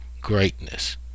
greatness